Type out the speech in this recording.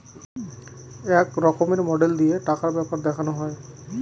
এক রকমের মডেল দিয়ে টাকার ব্যাপার দেখানো হয়